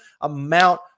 amount